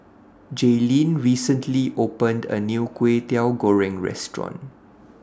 Jaelynn recently opened A New Kway Teow Goreng Restaurant